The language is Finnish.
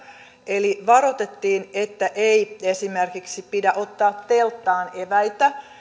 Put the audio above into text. eli varoitettiin että ei esimerkiksi pidä ottaa telttaan eväitä